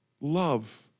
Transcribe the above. Love